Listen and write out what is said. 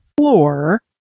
floor